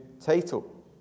title